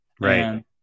Right